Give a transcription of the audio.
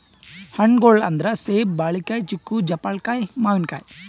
ಹಣ್ಣ್ಗೊಳ್ ಅಂದ್ರ ಸೇಬ್, ಬಾಳಿಕಾಯಿ, ಚಿಕ್ಕು, ಜಾಪಳ್ಕಾಯಿ, ಮಾವಿನಕಾಯಿ